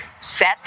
set